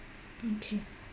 okay